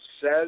says